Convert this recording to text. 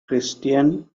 christian